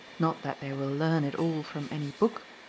not that they will learn it all from any book,